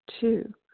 Two